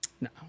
No